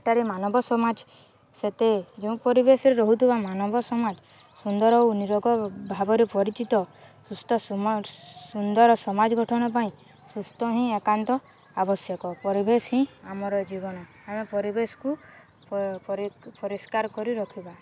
ସେଠାରେ ମାନବ ସମାଜ ସେତେ ଯେଉଁ ପରିବେଶରେ ରହୁଥିବା ମାନବ ସମାଜ ସୁନ୍ଦର ଓ ନିରୋଗ ଭାବରେ ପରିଚିତ ସୁସ୍ଥ ସୁନ୍ଦର ସମାଜ ଗଠନ ପାଇଁ ସୁସ୍ଥ ହିଁ ଏକାନ୍ତ ଆବଶ୍ୟକ ପରିବେଶ ହିଁ ଆମର ଜୀବନ ଆମେ ପରିବେଶକୁ ପରିଷ୍କାର କରି ରଖିବା